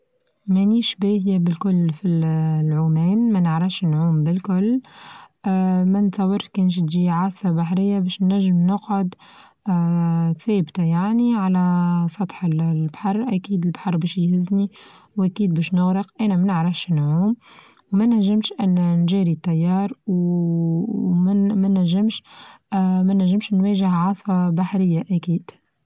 ما نيش بادية بالكل في العمان ما نعرفش نعوم بالكل آآ ما نصورش كنشجي عاسا بحرية باش نچم نقعد آآ ثابتة يعني على سطح البحر أكيد البحر باش يهزني وأكيد باش نغرق أنا ما نعرفش نعوم وما نچمش أن نچارى التيار ومانچمش آآ مانچمش نواچه عاصفة بحرية أكيد.